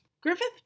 Griffith